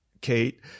Kate